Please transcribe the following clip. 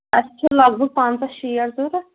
اَسہِ چھِ لگ بگ پَنٛژاہ شیٹھ ضوٚرَتھ